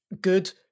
good